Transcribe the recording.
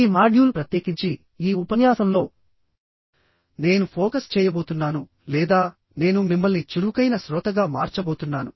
ఈ మాడ్యూల్ ప్రత్యేకించి ఈ ఉపన్యాసంలో నేను ఫోకస్ చేయబోతున్నాను లేదా నేను మిమ్మల్ని చురుకైన శ్రోతగా మార్చబోతున్నాను